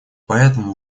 поэтому